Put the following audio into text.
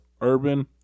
urban